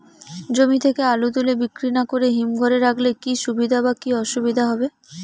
জমি থেকে আলু তুলে বিক্রি না করে হিমঘরে রাখলে কী সুবিধা বা কী অসুবিধা হবে?